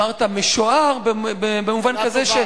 אמרת "משוער" במובן כזה,